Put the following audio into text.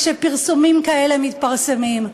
כשפרסומים כאלה מתפרסמים?